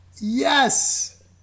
Yes